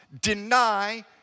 deny